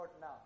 now